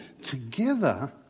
Together